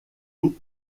eau